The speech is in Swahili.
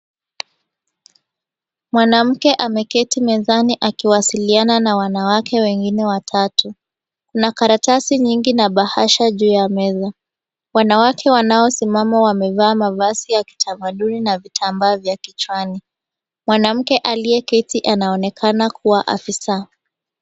Mwanamke ameketi mezani akiwasiliana na wanawake wengine watatu. Kuna karatasi nyingi na bahasha juu ya meza. Wanawake wanaosimama wamevaa mavazi ya kitamaduni na vitambaa vya kichwani. Mwanamke aliyeketi anaonekana kuwa afisa.